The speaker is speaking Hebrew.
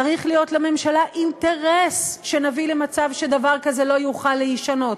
צריך להיות לממשלה אינטרס שנביא למצב שדבר כזה לא יוכל להישנות.